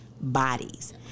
bodies